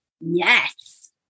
Yes